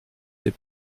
des